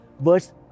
verse